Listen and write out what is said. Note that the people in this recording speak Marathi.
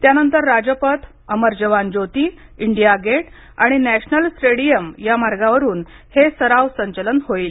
त्यानंतर राजपथ अमर जवान ज्योती इंडिया गेट आणि नॅशनल स्टेडीयम या मार्गावरून हे सराव संचलन होईल